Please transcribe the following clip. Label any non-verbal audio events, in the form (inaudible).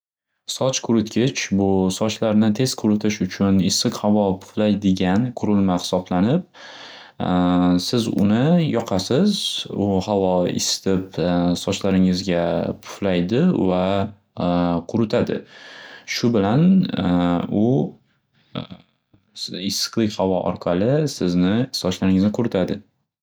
Soch quritgich bu sochlarni tez quritish uchun issiq havo puflaydigan qurilma xisoblanib (hesitation) siz uni yoqasz u xavo isitib sochlaringizga puflaydi va (hesitation) quritadi. Shu bilan (hesitation) u (hesitation) issiqlik xavo orqali sochlaringizni quritadi.